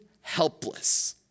helpless